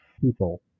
people